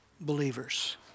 believers